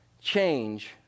change